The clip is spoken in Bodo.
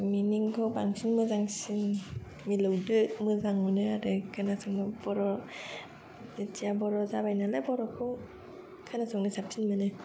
मीनिंखौ बांसिन मोजांसिन मिलौदो मोजां मोनो आरो खोनासंनो बर' जातिया बर' जाबाय नालाय बर'खौ खोनासंनो साबसिन मोनो